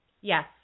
Yes